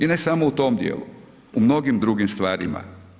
I ne samo u tom dijelu, u mnogim drugim stvarima.